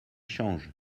changent